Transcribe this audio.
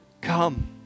come